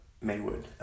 Maywood